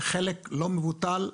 בחלק לא מבוטל,